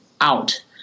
out